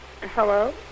Hello